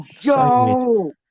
Yo